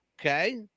Okay